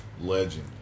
legend